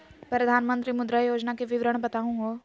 प्रधानमंत्री मुद्रा योजना के विवरण बताहु हो?